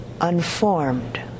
unformed